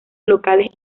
locales